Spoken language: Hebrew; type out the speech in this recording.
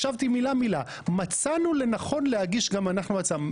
הקשבתי מילה-מילה: מצאנו לנכון להגיש גם אנחנו הצעה.